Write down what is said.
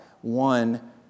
one